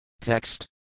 Text